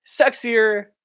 sexier